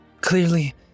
clearly